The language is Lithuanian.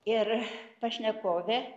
ir pašnekovė